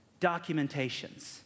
documentations